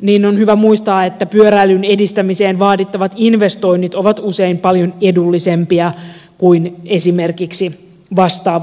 niin on hyvä muistaa että pyöräilyn edistämiseen vaadittavat investoinnit ovat usein paljon edullisempia kuin esimerkiksi vastaavat tieinvestoinnit